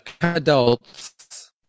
adults